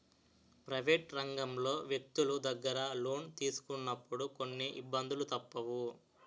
private రంగంలో వ్యక్తులు దగ్గర లోను తీసుకున్నప్పుడు కొన్ని ఇబ్బందులు తప్పవు